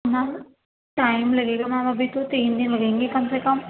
میم time لگے گا ma'am ابھی تو تین دِن لگیں گے کم سے کم